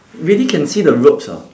really can see the ropes ah